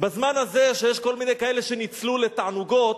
בזמן הזה שיש כל מיני כאלה שניצלו לתענוגות,